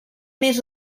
més